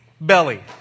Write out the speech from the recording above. belly